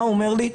מה הוא אומר לי?